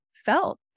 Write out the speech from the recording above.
felt